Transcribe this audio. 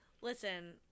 Listen